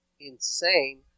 insane